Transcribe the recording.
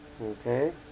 Okay